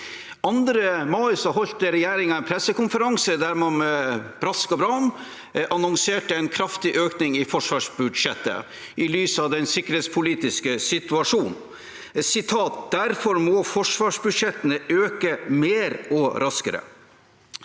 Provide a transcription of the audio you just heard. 2. mai holdt regjeringen en pressekonferanse der man med brask og bram annonserte en kraftig økning i forsvarsbudsjettet i lys av den sikkerhetspolitiske situasjonen, og sa: Derfor må forsvarsbudsjettene øke mer og raskere.